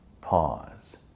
pause